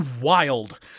wild